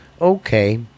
Okay